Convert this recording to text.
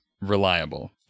reliable